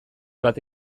bat